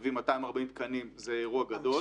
להביא 240 תקנים זה אירוע גדול.